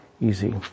easy